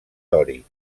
dòric